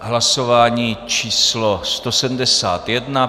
Hlasování číslo 171.